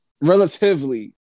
relatively